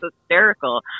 hysterical